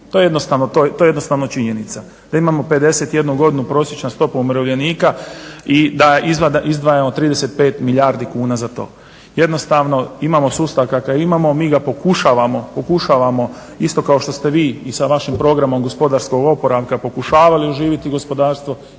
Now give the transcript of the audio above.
To je jednostavno činjenica. Da imamo 51 godinu prosječnu stopu umirovljenika i da izdvajamo 35 milijardi kuna za to. Jednostavno imamo sustav kakav imamo i mi ga pokušavamo isto kao što ste vi i sa vašim programom gospodarskog oporavka pokušavali oživjeti gospodarstvo